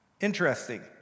Interesting